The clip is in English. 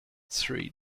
three